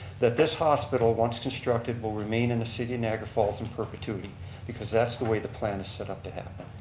that this hospital, once constructed, will remain in the city of niagara falls in perpetuity because that's the way the plan is set up to have.